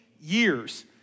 years